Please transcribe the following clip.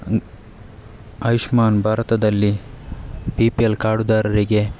ಆಯುಷ್ಮಾನ್ ಭಾರತದಲ್ಲಿ B P L ಕಾರ್ಡುದಾರರಿಗೆ